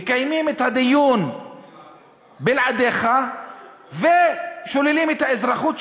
מקיימים את הדיון בלעדיך ושוללים את האזרחות שלך.